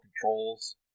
controls